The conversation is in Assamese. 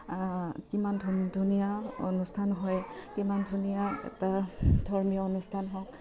কিমান ধু ধুনীয়া অনুষ্ঠান হয় কিমান ধুনীয়া এটা ধৰ্মীয় অনুষ্ঠান হয়